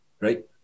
Right